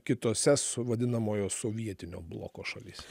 kitose su vadinamojo sovietinio bloko šalyse